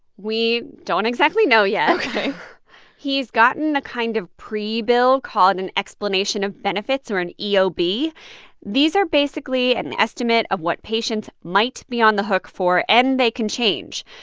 we don't exactly know yet ok he's gotten a kind of pre-bill called an explanation of benefits or an eob. these are basically an estimate of what patients might be on the hook for, and they can change.